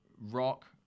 Rock